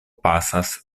pasas